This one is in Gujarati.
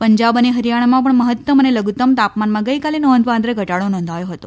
પંજાબ અને હરીયાણામાં પણ મહત્તમ અને લધુત્તમ તાપમાનમાં ગઈકાલે નોંધપાત્ર ઘટાડો નોંધાયો હતો